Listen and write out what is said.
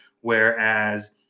Whereas